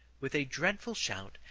with a dreadful shout,